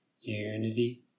unity